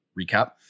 recap